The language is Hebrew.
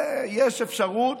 יש אפשרות,